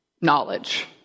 knowledge